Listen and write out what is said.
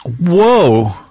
Whoa